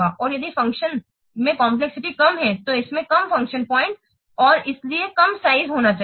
और यदि फ़ंक्शन में कम्प्लेक्सिटी कम है तो इसमें कम फ़ंक्शन पॉइंट और इसलिए कम साइज होना चाहिए